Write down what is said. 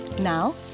Now